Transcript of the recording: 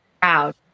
proud